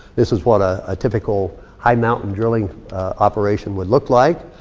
this is what a ah typical high mountain drilling operation would look like.